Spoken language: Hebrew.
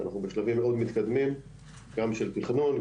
אנחנו בשלבים מאוד מתקדמים גם של תכנון,